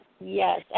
Yes